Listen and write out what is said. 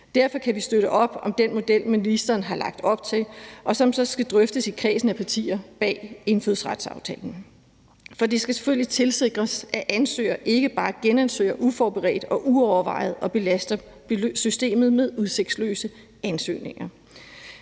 Derfor kan vi støtte op om den model, ministeren har lagt op til, og som så skal drøftes i kredsen af partier bag indfødsretsaftalen. For det skal selvfølgelig tilsikres, at ansøgere ikke bare genansøger uforberedt og uovervejet og belaster systemet med udsigtsløse ansøgninger.